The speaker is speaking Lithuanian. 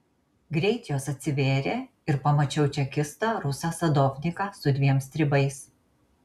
greit jos atsivėrė ir pamačiau čekistą rusą sadovniką su dviem stribais